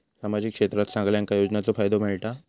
सामाजिक क्षेत्रात सगल्यांका योजनाचो फायदो मेलता?